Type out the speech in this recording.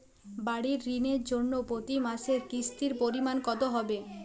বাড়ীর ঋণের জন্য প্রতি মাসের কিস্তির পরিমাণ কত হবে?